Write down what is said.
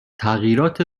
تغییرات